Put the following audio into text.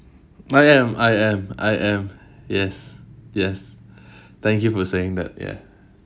I am I am I am yes yes thank you for saying that ya